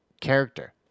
character